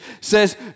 says